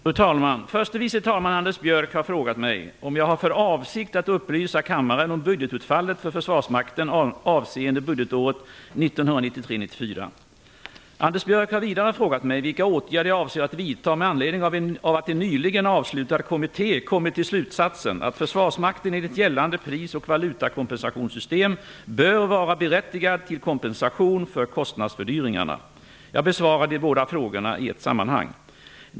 Fru talman! Förste vice talman Anders Björck har frågat mig om jag har för avsikt att upplysa kammaren om budgetutfallet för Försvarsmakten avseende budgetåret 1993/94. Anders Björck har vidare frågat mig vilka åtgärder jag avser att vidta med anledning av att en nyligen avslutad kommitté kommit till slutsatsen att Försvarsmakten enligt gällande pris och valutakompensationssystem bör vara berättigad till kompensation för kostnadsfördyringarna. Jag besvarar de båda frågorna i ett sammanhang.